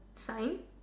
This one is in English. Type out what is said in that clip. sign